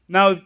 Now